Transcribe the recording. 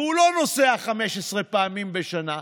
והוא לא נוסע 15 פעמים בשנה,